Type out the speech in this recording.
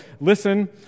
listen